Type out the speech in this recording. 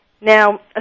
Now